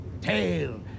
tail